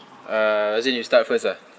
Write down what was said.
uh zain you start first lah